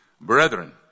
brethren